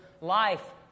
life